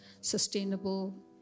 sustainable